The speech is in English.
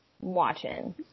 watching